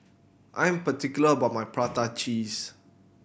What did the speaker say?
I am particular about my prata cheese